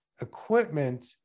equipment